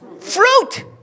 fruit